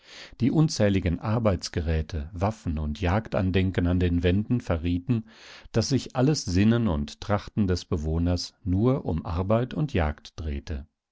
die unzähligen arbeitsgeräte waffen und jagdandenken an den wänden verrieten daß sich alles sinnen und trachten des bewohners nur um arbeit und jagd drehte